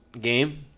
game